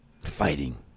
Fighting